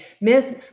Miss